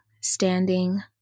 standing